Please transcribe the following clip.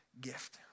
gift